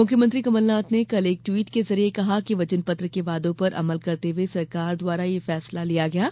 मुख्यमंत्री कमलनाथ ने कल एक ट्वीट के जरिए कहा कि वचन पत्र के वादों पर अमल करते हुए सरकार द्वारा यह फैसला लिया गया है